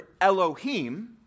Elohim